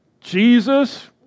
Jesus